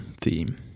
theme